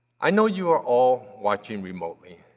i know you are all watching remotely,